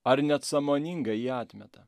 ar net sąmoningai jį atmeta